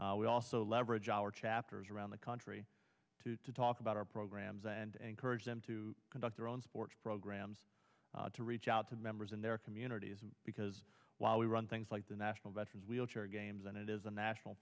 t we also leverage our chapters around the country to talk about our programs and encourage them to conduct their own sports programs to reach out to members in their communities because while we run things like the national veterans wheelchair games and it is a national